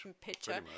picture